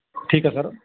ਠੀਕ ਹੈ ਸਰ